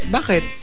Bakit